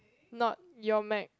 not your Meg